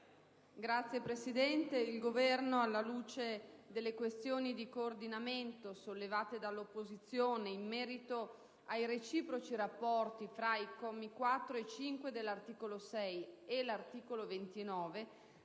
Signor Presidente, il Governo, alla luce delle questioni di coordinamento sollevate dall'opposizione in merito ai reciproci rapporti fra i commi 4 e 5 dell'articolo 6 e l'articolo 29,